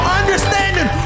understanding